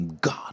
God